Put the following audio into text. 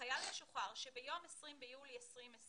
חייל משוחרר שביום 20 ביולי 2020